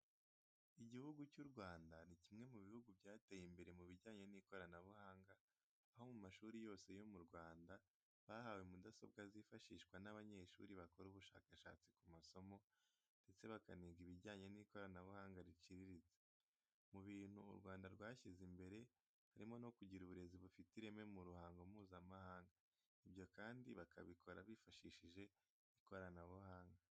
Igihugu cy'u Rwanda ni kimwe mu bihugu byateye imbere mu bijyanye n'ikoranabuhanga, aho mu mashuri yose yo mu Rwanda bahawe mudasobwa zifashishwa n'abanyeshuri bakora ubushakashatsi ku masomo ndetse bakaniga ibijyanye n'ikoranabuhanga riciriritse. Mu bintu u Rwanda rwashyize imbere harimo no kugira uburezi bufite ireme mu ruhando Mpuzamahanga. Ibyo kandi bakabikora bifashishije ikoranabuhanga.